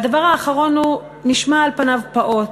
הדבר האחרון, הוא נשמע על פניו פעוט,